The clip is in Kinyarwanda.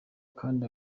kandi